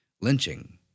lynching